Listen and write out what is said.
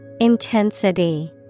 Intensity